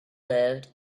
lived